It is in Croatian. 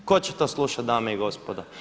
Tko će to slušat dame i gospodo?